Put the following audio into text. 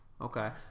okay